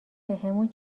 بهمون